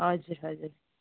हजुर हजुर